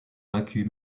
vaincue